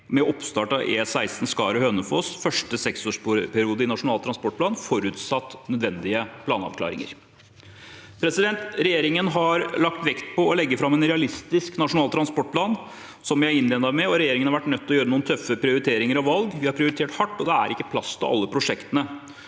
med oppstart av E16 Skaret–Hønefoss første seksårsperiode i Nasjonal transportplan, forutsatt nødvendige planavklaringer. Regjeringen har lagt vekt på å legge fram en realistisk nasjonal transportplan, som jeg innledet med, og regjeringen har vært nødt til å gjøre noen tøffe prioriteringer og valg. Vi har prioritert hardt, og det er ikke plass til alle prosjektene.